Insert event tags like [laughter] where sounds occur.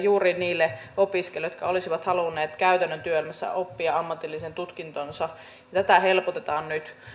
[unintelligible] juuri niille opiskelijoille jotka olisivat halunneet käytännön työelämässä oppia ammatillisen tutkintonsa tätä helpotetaan nyt